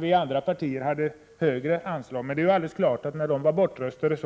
De andra partierna ville ha ett högre anslag, men det är klart att vi när deras förslag